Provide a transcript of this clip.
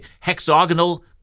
hexagonal